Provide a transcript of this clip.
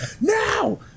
now